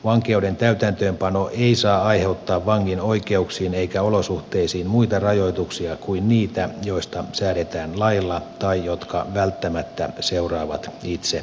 vankeuden täytäntöönpano ei saa aiheuttaa vangin oikeuksiin eikä olosuhteisiin muita rajoituksia kuin niitä joista säädetään lailla tai jotka välttämättä seuraavat itse rangaistuksesta